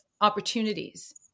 opportunities